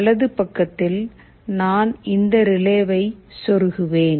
வலது பக்கத்தில் நான் இந்த ரிலேவை சொருகுவேன்